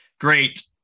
great